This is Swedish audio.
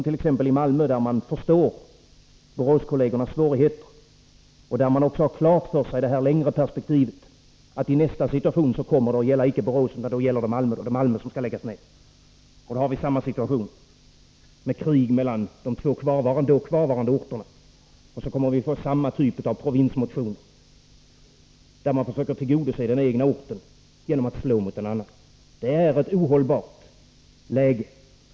I exempelvis Malmö förstår man ; å : å Onsdagen den svårigheterna för kollegerna i Borås och har klart för sig att det i det längre 21 december 1983 perspektivet också kan bli tal om att även strumpfabriken i Malmö kan läggas ned. Då har vi åter samma situation med krig mellan de två kvarvarande Förlängning av orterna för strumptillverkning. Så får vi också samma typ av drifttiden för Eisers provinsmotioner, där man försöker tillgodose den egna ortens behov genom att slå mot en annan ort. Det är ett ohållbart läge.